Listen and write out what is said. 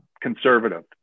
conservative